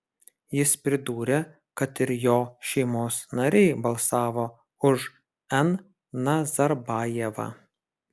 jis pridūrė kad ir jo šeimos nariai balsavo už n nazarbajevą